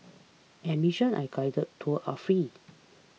admission and guided tours are free